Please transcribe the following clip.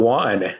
one